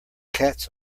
cats